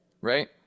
right